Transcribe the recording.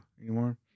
anymore